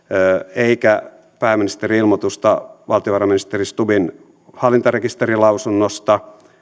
eikä pääministerin ilmoitusta valtiovarainministeri stubbin hallintarekisterilausunnosta